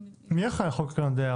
מי אחראי על חוק הגנת הדייר?